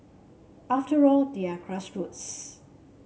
after all they are grassroots